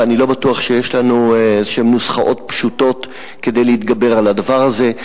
ואני לא בטוח שיש לנו נוסחאות פשוטות כדי להתגבר על הדבר הזה.